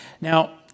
Now